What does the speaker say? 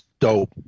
dope